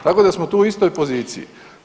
Tako da smo tu u istoj poziciji.